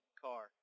car